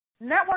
network